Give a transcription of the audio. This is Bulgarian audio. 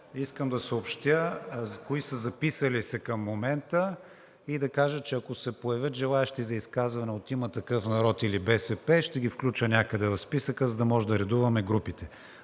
искам да съобщя кои са се записали към момента и да кажа, че ако се появят желаещи за изказване от „Има такъв народ“ или БСП, ще ги включа някъде в списъка, за да можем да редуваме групите.